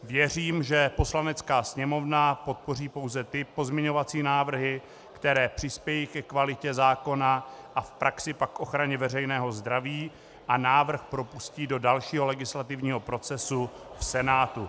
Věřím, že Poslanecká sněmovna podpoří pouze ty pozměňovací návrhy, které přispějí ke kvalitě zákona a v praxi pak k ochraně veřejného zdraví, a návrh propustí do dalšího legislativního procesu v Senátu.